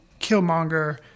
Killmonger